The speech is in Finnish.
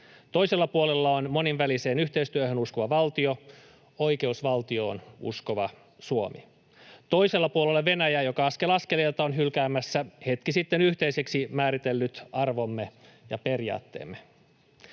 Toisella puolella on monenväliseen yhteistyöhön uskova valtio, oikeusvaltioon uskova Suomi. Toisella puolella on Venäjä, joka askel askeleelta on hylkäämässä hetki sitten yhteiseksi määritellyt arvomme ja periaatteemme.